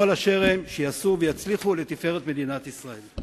בכל אשר הם, שיעשו ויצליחו לתפארת מדינת ישראל.